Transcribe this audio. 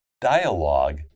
dialogue